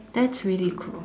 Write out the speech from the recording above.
that's really cool